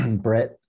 Brett